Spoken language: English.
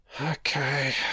Okay